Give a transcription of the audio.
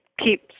keep